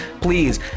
please